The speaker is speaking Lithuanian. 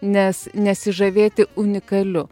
nes nesižavėti unikaliu